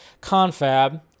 confab